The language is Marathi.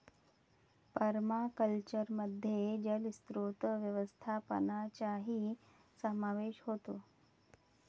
पर्माकल्चरमध्ये जलस्रोत व्यवस्थापनाचाही समावेश होतो